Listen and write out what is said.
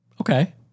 Okay